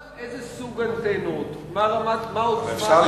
השאלה גם איזה סוג אנטנות, מה עוצמת האנטנות.